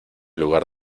lugar